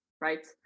right